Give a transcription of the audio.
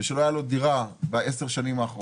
מי שלא היה לו דירה או חלק מדירה בעשר השנים האחרונות.